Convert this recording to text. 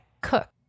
cook